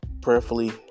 prayerfully